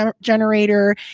generator